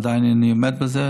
עדיין אני עומד בזה.